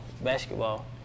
basketball